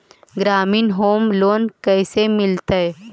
ग्रामीण home loan कैसे मिलतै?